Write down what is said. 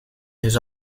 his